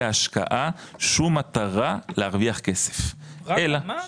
ההשקעה שום מטרה להרוויח כסף אלא רק התכנון מס.